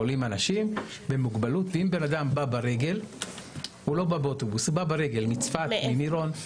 אם אדם בא ברגל מצפת או ממקום כלשהו,